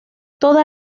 todo